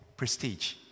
prestige